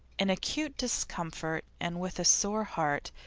in acute discomfort and with a sore heart,